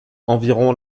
environ